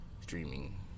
Streaming